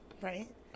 right